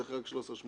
אז איך הגעת ל-13.80?